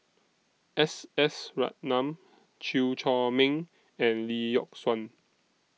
S S Ratnam Chew Chor Meng and Lee Yock Suan